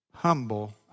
humble